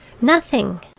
Nothing